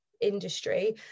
industry